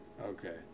Okay